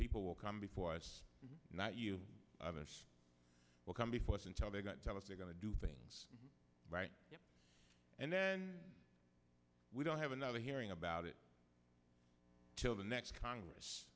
people will come before us not you will come before us until they got tell us they're going to do things right and then we don't have another hearing about it till the next congress